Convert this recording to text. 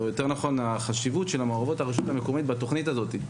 את חשיבות מעורבות הרשות המקומית בתוכנית הזו.